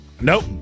Nope